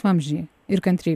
vamzdžiai ir kantry